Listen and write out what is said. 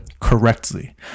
correctly